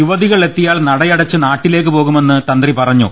യുവതികൾ എത്തിയാൽ നടയടച്ച് നാട്ടിലേക്ക് പോകുമെന്ന് തന്ത്രി പറഞ്ഞു